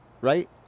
right